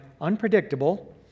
unpredictable